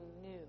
new